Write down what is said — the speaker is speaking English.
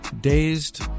dazed